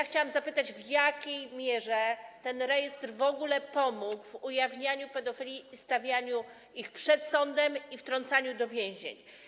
Chciałam zapytać, w jakiej mierze ten rejestr w ogóle pomógł w ujawnianiu pedofilów, stawianiu ich przed sądem i wtrącaniu do więzień.